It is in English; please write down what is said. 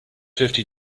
fifty